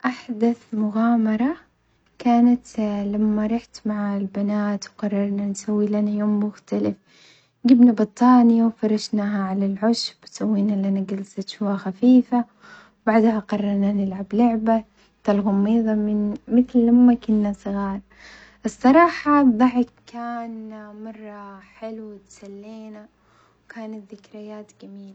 أحدث مغامرة كانت لما روحت مع البنات وقررنا نسوي لنا يوم مختلف، جبنا بطانية وفرشناها على العشب سوينا لنا جلسة شوا خفيفة، وبعدها قررنا نلعب لعبة تالغميضة من مثل لما كنا صغار، الصراحة بعد كان مرة حلو واتسلينا، وكانت ذكريات جميلة.